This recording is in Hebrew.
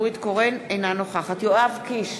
אינה נוכחת יואב קיש,